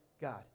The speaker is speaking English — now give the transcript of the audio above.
God